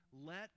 Let